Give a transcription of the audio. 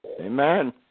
Amen